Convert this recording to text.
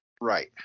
Right